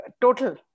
total